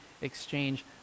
exchange